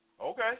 Okay